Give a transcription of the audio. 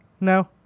No